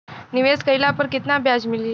निवेश काइला पर कितना ब्याज मिली?